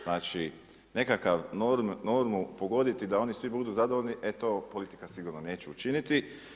Znači nekakvu normu pogoditi da oni svi budu zadovoljni e to politika sigurno neće učiniti.